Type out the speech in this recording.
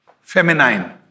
feminine